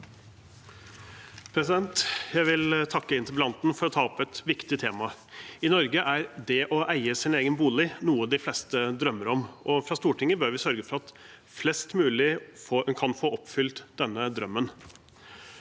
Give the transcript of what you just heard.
Jeg vil takke interpel- lanten for å ta opp et viktig tema. I Norge er det å eie sin egen bolig noe de fleste drømmer om, og fra Stortinget bør vi sørge for at flest mulig kan få oppfylt denne drømmen.